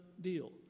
deal